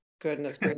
goodness